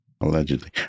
Allegedly